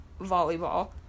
volleyball